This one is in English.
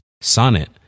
Sonnet